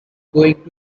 going